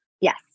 Yes